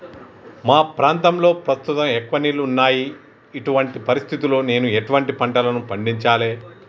మా ప్రాంతంలో ప్రస్తుతం ఎక్కువ నీళ్లు ఉన్నాయి, ఇటువంటి పరిస్థితిలో నేను ఎటువంటి పంటలను పండించాలే?